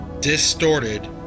distorted